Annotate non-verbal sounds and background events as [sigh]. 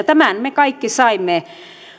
[unintelligible] tämän me kaikki saimme